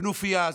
הכנופיה הזאת?